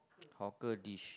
hawker dish